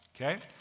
Okay